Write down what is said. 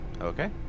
Okay